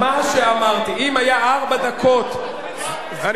מה שאמרתי, אם היה ארבע דקות, יואל,